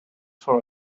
for